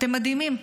אתם מדהימים.